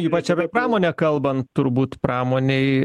ypač apie pramonę kalbant turbūt pramonei